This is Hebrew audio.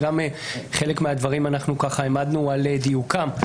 וגם חלק מהדברים העמדנו על דיוקם.